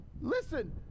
listen